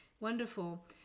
Wonderful